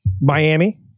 Miami